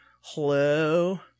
hello